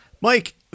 Mike